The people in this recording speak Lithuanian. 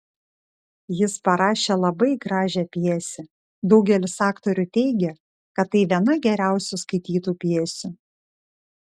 jis parašė labai gražią pjesę daugelis aktorių teigia kad tai viena geriausių skaitytų pjesių